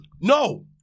No